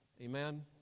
Amen